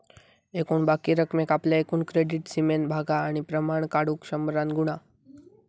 एकूण बाकी रकमेक आपल्या एकूण क्रेडीट सीमेन भागा आणि प्रमाण काढुक शंभरान गुणा